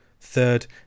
Third